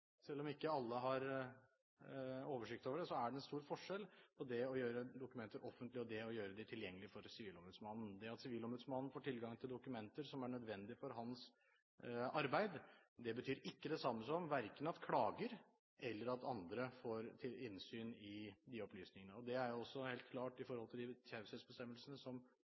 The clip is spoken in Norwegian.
på det å gjøre dokumenter offentlige og det å gjøre dem tilgjengelige for sivilombudsmannen. Det at sivilombudsmannen får tilgang til dokumenter som er nødvendige for hans arbeid, betyr verken at klager eller at andre får innsyn i disse dokumentene. Det er også helt klart i forhold til de taushetsbestemmelsene